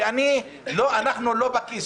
כי אנחנו לא בכיס,